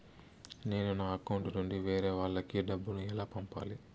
నేను నా అకౌంట్ నుండి వేరే వాళ్ళకి డబ్బును ఎలా పంపాలి?